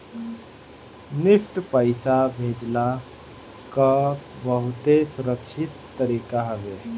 NEFT पईसा भेजला कअ बहुते सुरक्षित तरीका हवे